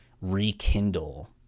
rekindle